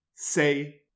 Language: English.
Say